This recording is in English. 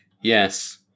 yes